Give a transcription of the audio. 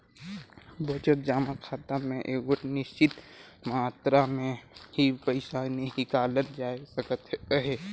बचत जमा खाता में एगोट निच्चित मातरा में ही पइसा हिंकालल जाए सकत अहे